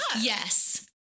Yes